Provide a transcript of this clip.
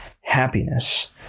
happiness